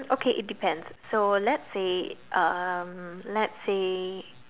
okay it depends so let's say um let's say